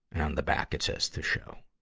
and on the back it says, the show.